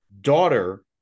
daughter